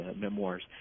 memoirs